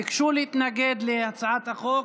ביקשו להתנגד להצעת החוק